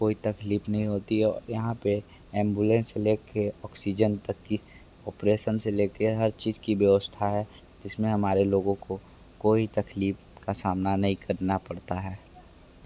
कोई तकलीफ़ नहीं होती है और यहाँ पर एम्बुलेंस लेकर ऑक्सीजन तक की ऑपरेसन से लेकर हर चीज़ की व्यवस्था है इसमें हमारे लोगों को कोई तकलीफ़ का सामना नहीं करना पड़ता है